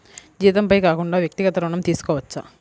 జీతంపై కాకుండా వ్యక్తిగత ఋణం తీసుకోవచ్చా?